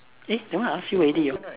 eh that one I ask you already hor